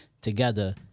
together